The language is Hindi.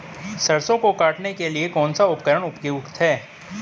सरसों को काटने के लिये कौन सा उपकरण उपयुक्त है?